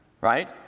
right